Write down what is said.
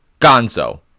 Gonzo